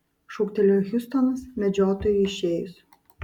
šūktelėjo hiustonas medžiotojui išėjus